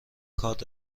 کارت